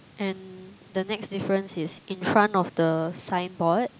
and the next difference is in front of the signboard